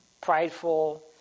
prideful